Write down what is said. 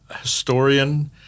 historian